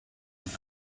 anti